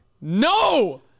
No